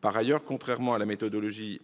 Par ailleurs, contrairement à la méthodologie